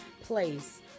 place